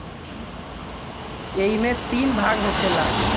ऐइमे तीन भाग होखेला